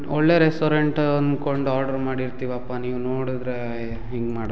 ಒಳ್ಳೆಯ ರೆಸ್ಟೋರೆಂಟು ಅಂದ್ಕೊಂಡ್ ಆರ್ಡ್ರು ಮಾಡಿರ್ತೀವಪ್ಪ ನೀವು ನೋಡಿದ್ರೇ ಹಿಂಗೆ ಮಾಡಿ